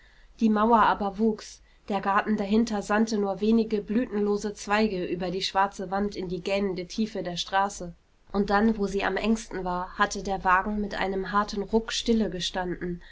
die mauer aber wuchs der garten dahinter sandte nur wenige blütenlose zweige über ihre schwarze wand in die gähnende tiefe der straße und dann wo sie am engsten war hatte der wagen mit einem harten ruck stille gestanden